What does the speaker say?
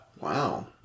Wow